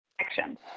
actions